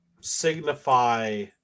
signify